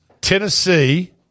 Tennessee